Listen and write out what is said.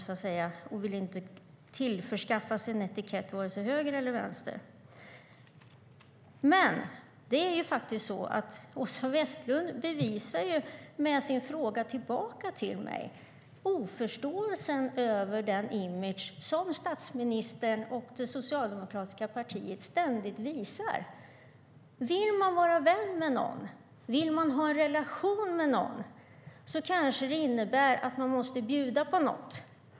Jag vill inte ha någon etikett, vare sig höger eller vänster. Åsa Westlund bevisar med sin fråga till mig sin oförståelse för den image som statsministern och det socialdemokratiska partiet ständigt visar. Vill man vara vän med någon och ha en relation kanske det innebär att man måste bjuda på något.